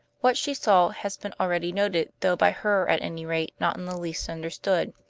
what she saw has been already noted, though by her, at any rate, not in the least understood.